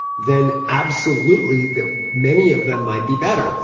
then absolutely that many of them might be better.